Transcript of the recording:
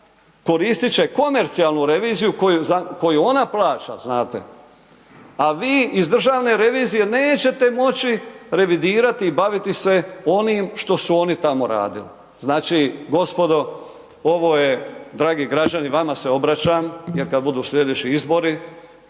koristiti će komercijalnu reviziju koju ona plaća, znate, a vi iz državne revizije neće moći revidirati i baviti se onim što su oni tamo radili. Znači gospodo, ovo je, dragi građani vama se obraćam, jer kad budu sljedeći izbori